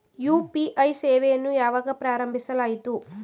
UPI ಸೇವೆಯನ್ನು ಯಾವಾಗ ಪ್ರಾರಂಭಿಸಲಾಯಿತು?